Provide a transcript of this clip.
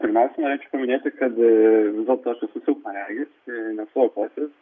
pirmiausia norėčiau paminėti kad vis dėlto aš esu silpnaregis nesu aklasis